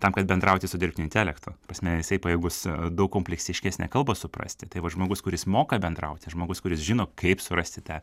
tam kad bendrauti su dirbtiniu intelektu ta prasme jisai pajėgus daug kompleksiškesnę kalbą suprasti tai vat žmogus kuris moka bendrauti žmogus kuris žino kaip surasti tą